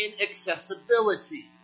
inaccessibility